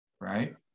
right